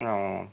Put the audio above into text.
ও